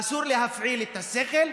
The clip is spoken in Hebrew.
אסור להפעיל את השכל,